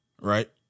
Right